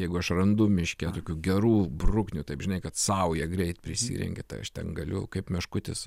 jeigu aš randu miške tokių gerų bruknių taip žinai kad saują greit prisirengi tai aš ten galiu kaip meškutis